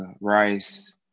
rice